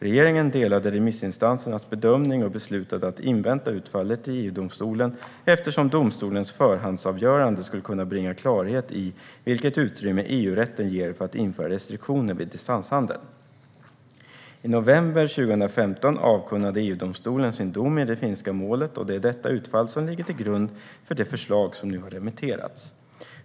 Regeringen delade remissinstansernas bedömning och beslutade att invänta utfallet i EU-domstolen eftersom domstolens förhandsavgörande skulle kunna bringa klarhet i vilket utrymme EU-rätten ger för att införa restriktioner vid distanshandel. I november 2015 avkunnade EU-domstolen sin dom i det finska målet, och det är detta utfall som ligger till grund för det förslag som nu har remitterats.